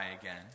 again